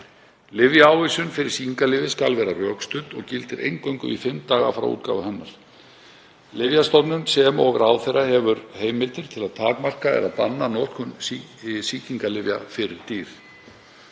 Lyfjaávísun fyrir sýkingalyfi skal vera rökstudd og gildir eingöngu í fimm daga frá útgáfu hennar. Lyfjastofnun, sem og ráðherra, hefur heimildir til að takmarka eða banna notkun sýkingalyfja fyrir dýr.